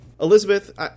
Elizabeth